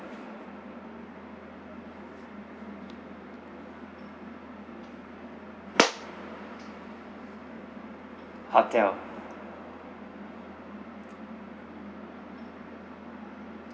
hotel